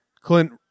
Clint